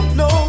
no